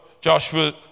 Joshua